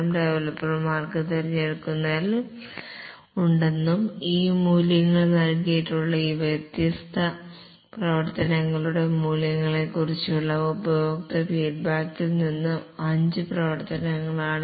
ഡവലപ്പർമാർക്ക് തിരഞ്ഞെടുക്കൽ ഉണ്ടെന്നും ഈ മൂല്യങ്ങൾ നൽകിയിട്ടുള്ള ഈ വ്യത്യസ്ത പ്രവർത്തനങ്ങളുടെ മൂല്യത്തെക്കുറിച്ചുള്ള ഉപഭോക്തൃ ഫീഡ്ബാക്കിൽ നിന്നുള്ള അഞ്ച് പ്രവർത്തനങ്ങളാണിവ